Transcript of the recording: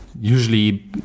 usually